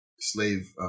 slave